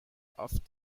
off